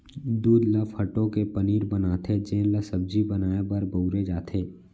दूद ल फटो के पनीर बनाथे जेन ल सब्जी बनाए बर बउरे जाथे